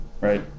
Right